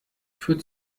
für